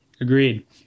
Agreed